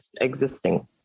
existing